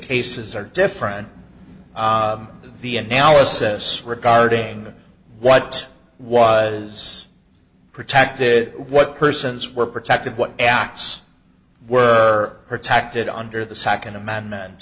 cases are different the analysis regarding what was protected what persons were protected what apps were protected under the second amendment